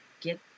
get